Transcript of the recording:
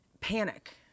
panic